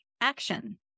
action